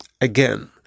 again